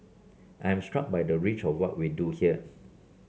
I am struck by the reach of what we do here